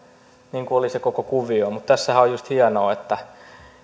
oli se koko kuvio mutta tässähän on just hienoa että